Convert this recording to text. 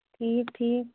ٹھیٖک ٹھیٖک